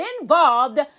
involved